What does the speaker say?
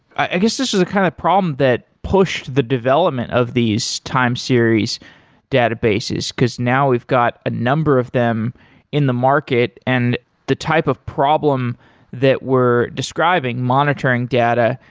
i guess this is a kind of problem that pushed the development of these time series databases, because now we've got a number of them in the market and the type of problem that we're describing monitoring data,